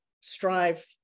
strive